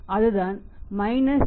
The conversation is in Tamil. அதுதான் 203